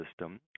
system